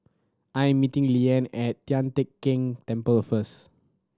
I'm meeting Leanne at Tian Teck Keng Temple first